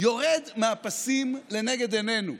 יורד מהפסים לנגד עינינו.